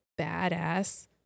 badass